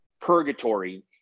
purgatory